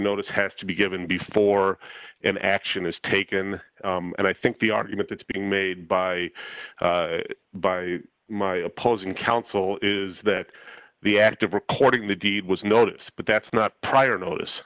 notice has to be given before an action is taken and i think the argument that's being made by by my opposing counsel is that the act of recording the deed was notice but that's not prior notice